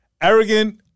arrogant